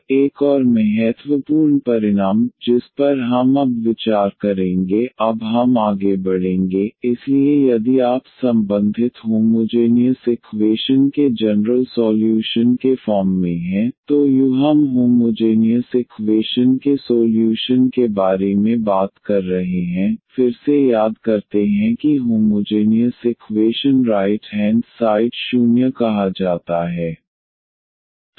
अब एक और महत्वपूर्ण परिणाम जिस पर हम अब विचार करेंगे अब हम आगे बढ़ेंगे इसलिए यदि आप संबंधित होमोजेनियस इक्वेशन के जनरल सॉल्यूशन के फॉर्म में हैं तो u हम होमोजेनियस इक्वेशन के सोल्यूशन के बारे में बात कर रहे हैं फिर से याद करते हैं कि homogeneous equation right hand side 0 कहा जाता है